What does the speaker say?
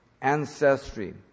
ancestry